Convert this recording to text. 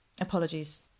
Apologies